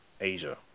Asia